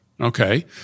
okay